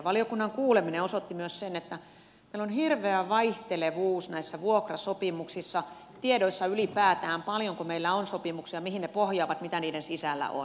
valiokunnan kuuleminen osoitti myös sen että meillä on hirveä vaihtelevuus näissä vuokrasopimuksissa ja tiedoissa ylipäätään paljonko meillä on sopimuksia mihin ne pohjaavat mitä niiden sisällä on